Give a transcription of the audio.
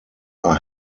are